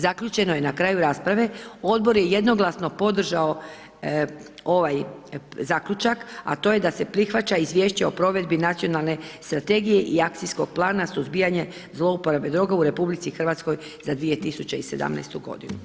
Zaključeno je na kraju rasprave odbor je jednoglasno podržao ovaj zaključak, a to je da se prihvaća izvješće o provedbi Nacionalne strategije i akcijskog plana suzbijanje zlouporabe droga u RH za 2017. godinu.